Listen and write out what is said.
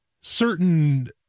certain